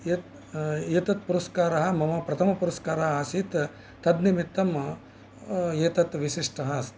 एतत् पुरस्कारः मम प्रथम पुरस्कारः आसीत् तन्निमित्तम् एतत् विशिष्टः अस्ति